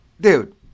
dude